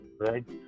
right